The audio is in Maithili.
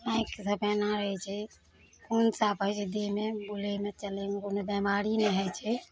आँखि सब पैना रहै छै खून साफ होइ छै देहमे बुलैमे चलैमे कोनो बेमारी नहि होइ छै